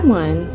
one